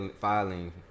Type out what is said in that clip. filing